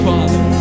Father